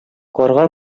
карга